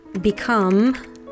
become